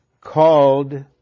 called